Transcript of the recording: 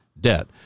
debt